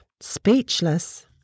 speechless